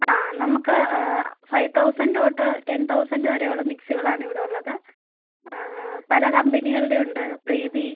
ആ നമുക്ക് five thousand തൊട്ട് ടെൻ തൗസൻഡ് വരെ ഉള്ള മിക്സികളാണ് ഇവിടെ ഉള്ളത് പല കമ്പനികളുടെ ഉണ്ട് പ്രീതി